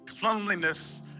cleanliness